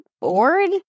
bored